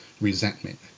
resentment